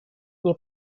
nie